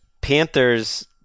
panthers